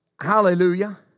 hallelujah